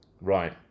Right